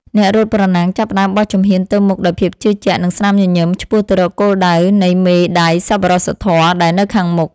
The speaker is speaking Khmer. អ្នករត់ប្រណាំងចាប់ផ្ដើមបោះជំហានទៅមុខដោយភាពជឿជាក់ និងស្នាមញញឹម ឆ្ពោះទៅរកគោលដៅនៃមេដាយសប្បុរសធម៌ដែលនៅខាងមុខ។